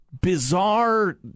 Bizarre